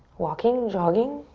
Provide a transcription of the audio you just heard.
walking, jogging,